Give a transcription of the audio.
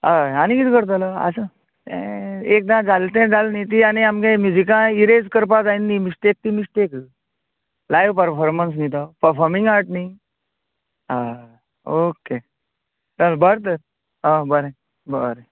हय आनी किद करतलो आसूं तें एकदां जालें तें जालें न्ही ती आनी आमगेले म्यूजीकान इरेज करपा जायना न्ही मिस्टेक ती मिस्टेक लायव पफोरमन्स न्ही तो पफाॅर्मिंग आर्ट न्ही आं ओके चल बरें तर आं बरें बरें